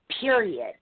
Period